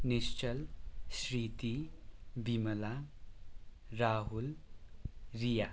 Nishchal Shriti Bimala Rahul Riya